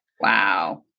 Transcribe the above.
wow